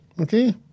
Okay